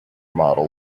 model